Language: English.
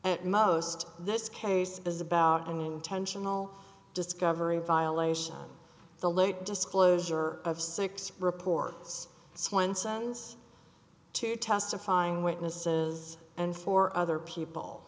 at most this case is about an intentional discovery violation the late disclosure of six reports swenson's to testifying witnesses and for other people